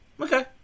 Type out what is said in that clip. Okay